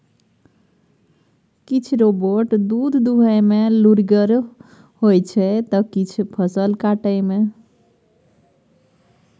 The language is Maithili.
किछ रोबोट दुध दुहय मे लुरिगर होइ छै त किछ फसल काटय मे